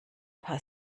paar